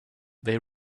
they